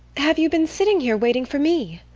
have you been sitting here waiting for me?